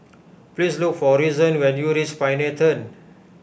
please look for Reason when you reach Pioneer Turn